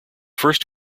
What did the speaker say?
first